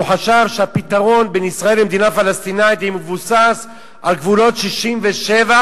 והוא חשב שהפתרון בין ישראל למדינה פלסטינית יהיה מבוסס על גבולות 67'